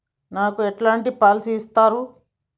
నాకు ఎలాంటి పాలసీ ఇస్తారు?